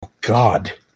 god